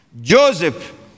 Joseph